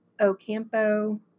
Ocampo